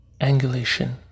angulation